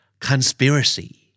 Conspiracy